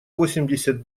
восемьдесят